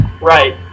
right